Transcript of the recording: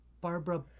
Barbara